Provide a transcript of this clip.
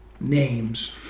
names